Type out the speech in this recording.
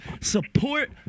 support